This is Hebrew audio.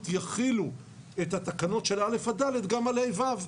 יחילו את התקנות של א' עד ד' גם על כיתות ה'-ו'.